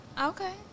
Okay